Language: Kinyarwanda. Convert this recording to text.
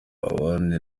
abandi